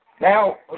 Now